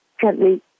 gently